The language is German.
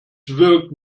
wirkt